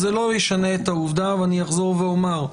זה לא ישנה את העובדה, ואני אחזור ואומר: